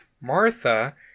Martha